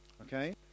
Okay